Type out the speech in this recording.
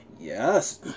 yes